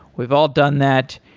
we've all done that.